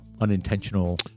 unintentional